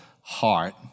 heart